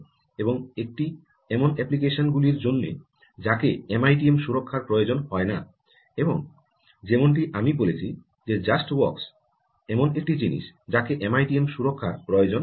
এবং একটি এমন অ্যাপ্লিকেশন গুলির জন্য যাকে এমআইটিএম সুরক্ষার প্রয়োজন হয় না এবং যেমনটি আমি বলেছি যে জাস্ট ওয়ার্কস এমন একটি জিনিস যাকে এমআইটিএম সুরক্ষার প্রয়োজন হয় না